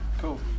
Cool